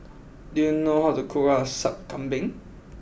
do you know how to cook Sup Kambing